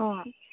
अँ